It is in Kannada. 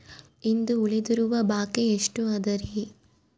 ಇಂದು ಉಳಿದಿರುವ ಬಾಕಿ ಎಷ್ಟು ಅದರಿ?